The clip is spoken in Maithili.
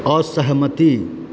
असहमति